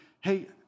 hey